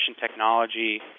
technology